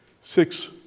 six